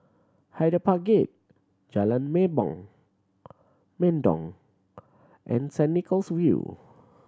Hyde Park Gate Jalan Mendong and Saint Nicholas View